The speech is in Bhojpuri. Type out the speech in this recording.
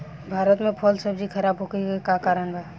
भारत में फल सब्जी खराब होखे के का कारण बा?